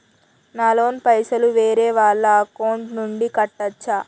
నా లోన్ పైసలు వేరే వాళ్ల అకౌంట్ నుండి కట్టచ్చా?